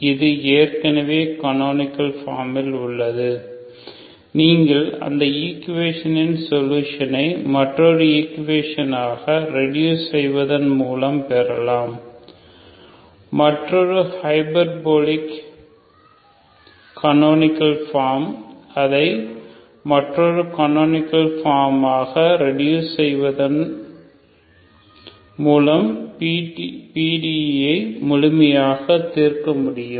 இது ஏற்கனவே கனோனிகல் பார்மில் உள்ளது நீங்கள் அந்த ஈக்குவேஷனின் சொலுஷனை மற்றொரு ஈக்குவேஷனாக ரெடூஸ் செய்வதன் மூலம் பெறலாம் மற்றொரு ஹைபர்போலிக் கனோனிகல் பார்ம் அதை மற்றொரு கனோனிகல் பார்ம் ஆக வெடியூஸ் செய்வதன் மூலம் PDE ஐ முழுமையாக தீர்க்க முடியும்